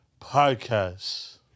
podcast